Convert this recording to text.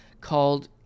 called